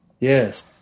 Yes